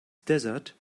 desert